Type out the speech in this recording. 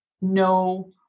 No